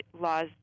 laws